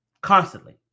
constantly